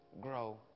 grow